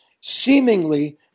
seemingly